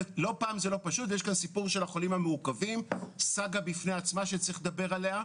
ואני לא מדבר על התקופות שסך המיטות בפנימיות ירד בגלל הקורונה.